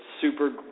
super